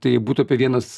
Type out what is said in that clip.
tai būtų apie vienas